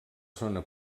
zona